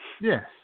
Yes